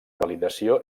validació